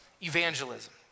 evangelism